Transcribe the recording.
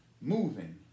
moving